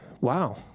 Wow